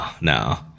no